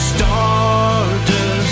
Stardust